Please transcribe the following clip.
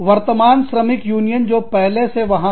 वर्तमान श्रमिक यूनियन जो पहले से वहां है